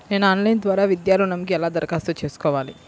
నేను ఆన్లైన్ ద్వారా విద్యా ఋణంకి ఎలా దరఖాస్తు చేసుకోవాలి?